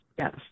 yes